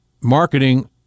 marketing